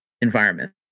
environment